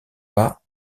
pas